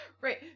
Right